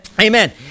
Amen